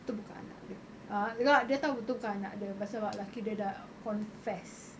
tu bukan anak dia uh no dia tahu tu bukan anak dia pasal laki dia dah confess